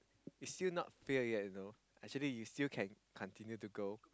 it's not fail yet you know actually you still can continue to go